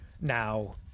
Now